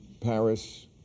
Paris